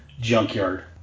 Junkyard